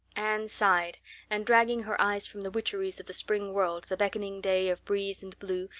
anne sighed and, dragging her eyes from the witcheries of the spring world, the beckoning day of breeze and blue,